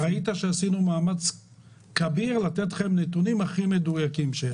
ראית שעשינו מאמץ כביר לתת לכם את הנתונים הכי מדויקים.